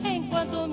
Enquanto